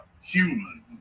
human